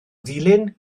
ddulyn